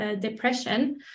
depression